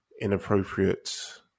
inappropriate